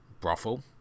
brothel